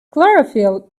chlorophyll